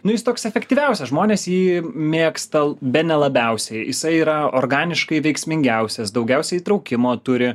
nu jis toks efektyviausias žmonės jį mėgsta bene labiausiai jisai yra organiškai veiksmingiausias daugiausiai įtraukimo turi